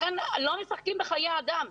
לכן לא משחקים בחיי אדם.